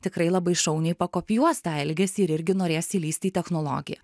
tikrai labai šauniai pakopijuos tą elgesį ir irgi norės įlįsti į technologiją